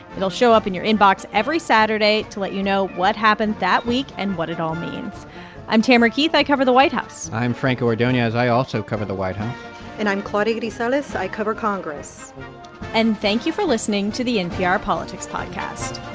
it'll show up in your inbox every saturday to let you know what happened that week and what it all means i'm tamara keith. i cover the white house i'm franco ordonez. i also cover the white house and i'm claudia grisales. so i cover congress and thank you for listening to the npr politics podcast